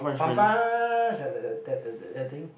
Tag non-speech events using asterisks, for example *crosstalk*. *noise* that that that that that thing